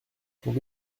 serons